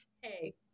hey